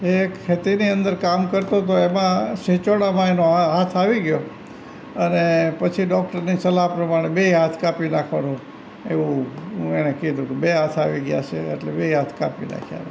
એ ખેતીની અંદર કામ કરતો તો એમાં સીંચોળામાં એનો હાથ આવી ગયો અને પછી ડોક્ટરની સલાહ પ્રમાણે બેય હાથ કાપી નાખવાનું એવું એણે કીધું કે બેય હાથ આવી ગયા છે એટલે બેય હાથ કાપી નાખ્યા